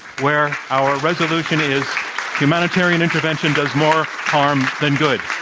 where our resolution is humanitarian intervention does more harm than good.